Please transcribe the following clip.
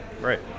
right